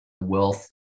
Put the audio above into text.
wealth